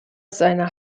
seine